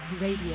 Radio